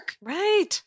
Right